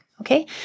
Okay